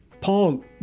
Paul